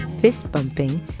fist-bumping